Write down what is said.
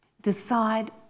decide